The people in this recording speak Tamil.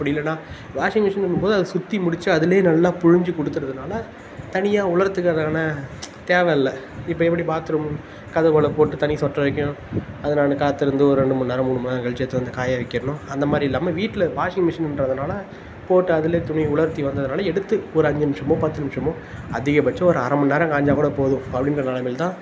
அப்படி இல்லைனா வாஷிங் மிஷின்னுங்கும்போது அது சுற்றி முடித்து அதிலே நல்லா புழிஞ்சு கொடுத்துறதுனால தனியாக உலர்கிறதுக்கான தேவைல்ல இப்போ எப்படி பாத் ரூம் கதவில் போட்டு தண்ணி சொட்டுற வரைக்கும் அது நான் காத்திருந்து ஒரு ரெண்டு மணி நேரம் மூணு மணி நேரம் கழிச்சி எடுத்துனு வந்து காய வைக்கணும் அந்தமாதிரி இல்லாமல் வீட்டில் வாஷிங் மெஷின்றதுனால் போட்டு அதிலே துணி உலர்த்தி வந்ததுனால் எடுத்து ஒரு அஞ்சு நிமிஷமோ பத்து நிமிஷமோ அதிகபட்சம் ஒரு அரை மணி நேரம் காஞ்சால் கூட போதும் அப்படின்ற நிலமைல தான்